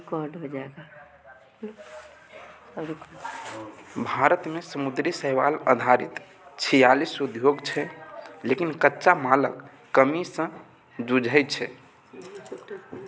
भारत मे समुद्री शैवाल आधारित छियालीस उद्योग छै, लेकिन कच्चा मालक कमी सं जूझै छै